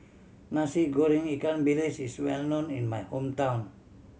Nasi Goreng ikan bilis is well known in my hometown